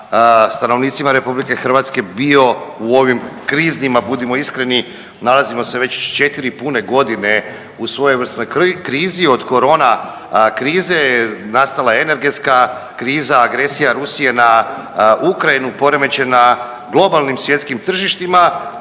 stanovnicima RH bio u ovim kriznim budimo iskreni nalazimo se već 4 pune godine u svojevrsnoj krizi od Corona krize nastala je energetska kriza, agresija Rusije na Ukrajinu, poremećaj na globalnim svjetskim tržištima